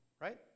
right